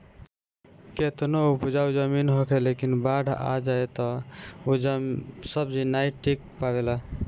केतनो उपजाऊ जमीन होखे लेकिन बाढ़ आ जाए तअ ऊ सब्जी नाइ टिक पावेला